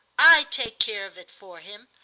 i take care of it for him!